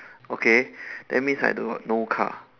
okay that means I don't no car